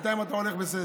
בינתיים אתה הולך בסדר.